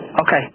Okay